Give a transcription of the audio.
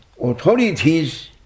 authorities